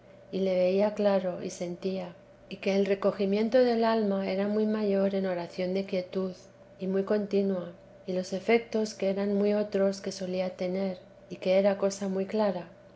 y le veía claro y sentía y que el recogimiento del alma era muy mayor en oración de quietud y muy contina y los efetos que eran muy otros que solía tener y que era cosa muy clara